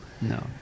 no